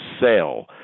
sale